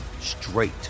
straight